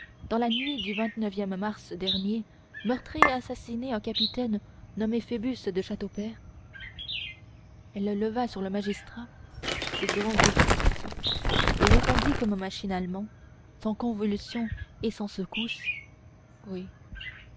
dans la nuit du vingt neuvième mars dernier meurtri et assassiné un capitaine nommé phoebus de châteaupers elle leva sur le magistrat ses grands yeux fixes et répondit comme machinalement sans convulsion et sans secousse oui